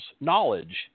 knowledge